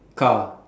car